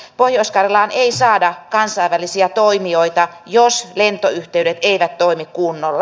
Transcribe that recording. pohjois karjalaan ei saada kansainvälisiä toimijoita jos lentoyhteydet eivät toimi kunnolla